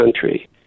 country